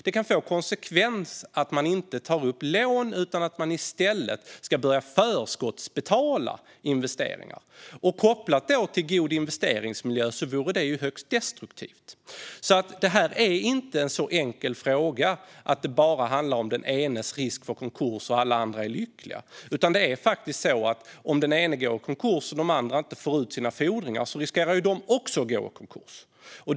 Det kan få konsekvensen att man inte tar lån, utan i stället ska man börja förskottsbetala investeringar. Kopplar man det till god investeringsmiljö vore det här högst destruktivt. Frågan är alltså inte så enkel att det bara handlar om den enes risk för konkurs och att alla andra är lyckliga. Om den ene går i konkurs och de andra inte får ut sina fordringar riskerar även de att gå i konkurs.